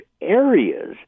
areas